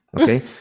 okay